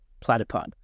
Platypod